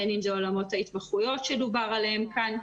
בין אם זה בעולמות ההתמחויות שדובר עליהן כאן.